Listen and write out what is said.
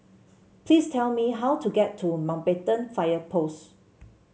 please tell me how to get to Mountbatten Fire Post